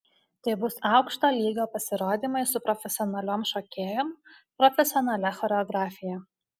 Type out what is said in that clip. tai bus aukšto lygio pasirodymai su profesionaliom šokėjom profesionalia choreografija